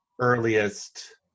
earliest